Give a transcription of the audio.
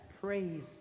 praise